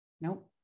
Nope